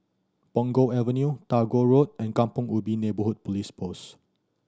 Punggol Avenue Tagore Road and Kampong Ubi Neighbourhood Police Post